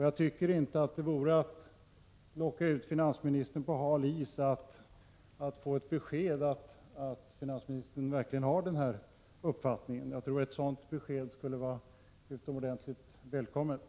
Jag tycker inte att det vore att locka ut finansministern på halis att begära ett besked om att finansministern verkligen har den uppfattningen. Ett sådant besked skulle vara utomordentligt välkommet.